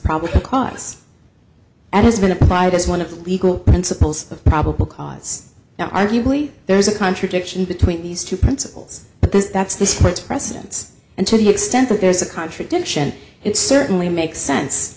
probably because that has been applied as one of the legal principles of probable cause now arguably there is a contradiction between these two principles but those that's this court's precedents and to the extent that there's a contradiction it certainly makes sense